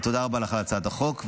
ותודה רבה לך על הצעת החוק.